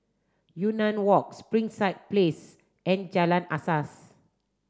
Yunnan Walk Springside Place and Jalan Asas